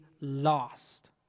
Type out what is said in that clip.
lost